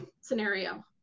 scenario